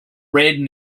red